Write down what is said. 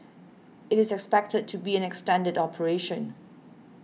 it is expected to be an extended operation